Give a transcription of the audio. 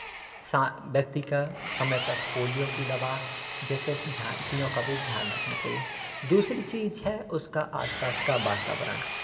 सा व्यक्ति का समय पे पोलियो की दवा जैसे ध्यान चीज़ों का भी ध्यान रखना चाहिए दूसरी चीज़ है उसका आस पास का वातावरण